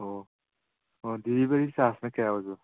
ꯑꯣꯑꯣ ꯍꯣꯏ ꯗꯦꯂꯤꯚꯔꯤ ꯆꯥꯔꯖꯅ ꯀꯌꯥ ꯑꯣꯏꯕ